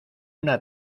una